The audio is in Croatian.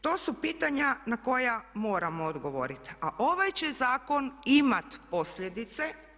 To su pitanja na koja moramo odgovoriti, a ovaj će zakon imat posljedice.